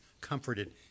comforted